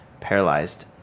paralyzed